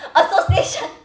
association